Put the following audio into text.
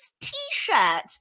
T-shirt